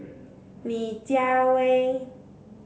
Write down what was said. Li Jiawei